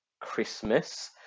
Christmas